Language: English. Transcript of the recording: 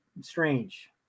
strange